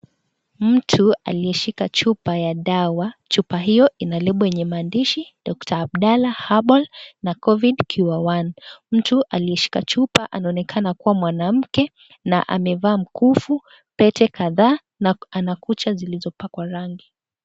Mtu aliyeshika chupa ya dawa ,chupa hiyo ina lebo lenye mandishi, Dr. Abdalla herbal na COVID cure one. Mtu aliyeshika chupa, anaonekana kuwa mwanamke na ameva mkufu, pete kadhaa, na ana kucha zilizopakwa rangi.